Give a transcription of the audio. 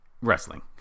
wrestling